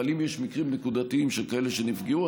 אבל אם יש מקרים נקודתיים של כאלה שנפגעו,